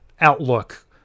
outlook